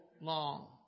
long